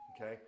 Okay